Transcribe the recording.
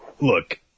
look